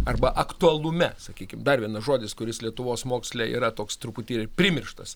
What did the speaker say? arba aktualume sakykim dar vienas žodis kuris lietuvos moksle yra toks truputį ir primirštas